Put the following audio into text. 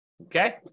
okay